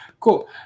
Cool